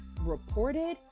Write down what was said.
reported